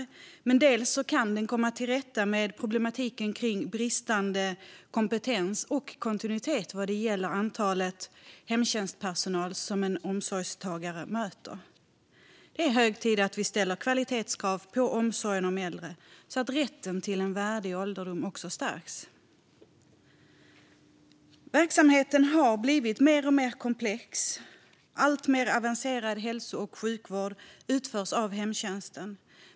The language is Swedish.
Bland annat kan man med detta komma till rätta med problematiken kring bristande kompetens och kontinuitet vad gäller antalet hemtjänstpersonal som en omsorgstagare möter. Det är hög tid att vi ställer kvalitetskrav på omsorgen om äldre, så att rätten till en värdig ålderdom stärks. Verksamheten har blivit mer och mer komplex. Alltmer avancerad hälso och sjukvård utförs av hemtjänsten.